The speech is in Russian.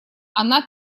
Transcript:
она